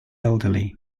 elderly